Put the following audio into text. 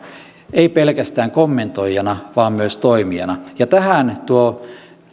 ei pelkästään kommentoijina vaan myös toimijoina ja tähän tuo